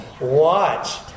Watch